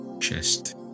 Chest